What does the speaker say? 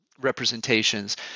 representations